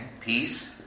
peace